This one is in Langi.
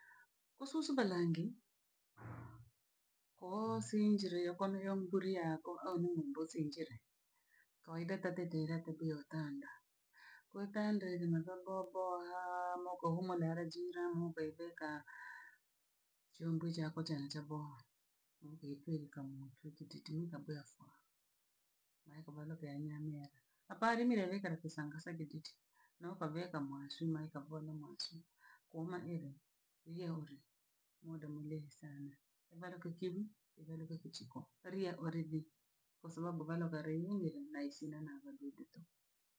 Kosusu belaange koo sinjirio konoyo mburi yako omumu mbosi nchere kawaida tatetiire kobi otanda, kuitanda irimazo bohaboha mo kohumona yale jiramu kweveka. Chumbwi chane chako cha boha etwere kamuntu kititimi kabweafwa. maekovalo peanyeha nyera. Haparimirere kara kusanga sagejiji no kaveeka mwasuma ekavua no mwasuu. Omanile lyehole muda mulehe sana kevaloka kevuu, evaruka kochiko aliye olevye kwa sababu bhana bha leiyungile naisi na na bhadudu tu.